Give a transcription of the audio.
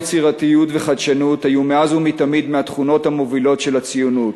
יצירתיות וחדשנות היו מאז ומתמיד מהתכונות המובילות של הציונות.